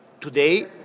today